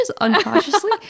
unconsciously